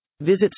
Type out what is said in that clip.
Visit